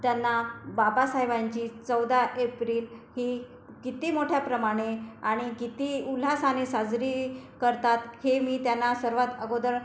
त्यांना बाबासाहेबांची चौदा एप्रिल ही किती मोठ्या प्रमाणे आणि किती उल्हासाने साजरी करतात हे मी त्यांना सर्वात अगोदर